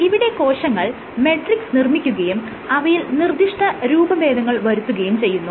ഇവിടെ കോശങ്ങൾ മെട്രിക്സ് നിർമ്മിക്കുകയും അവയിൽ നിർദ്ദിഷ്ട രൂപഭേദങ്ങൾ വരുത്തുകയും ചെയ്യുന്നു